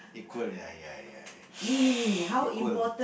equal ya ya ya ya equal